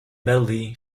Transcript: medley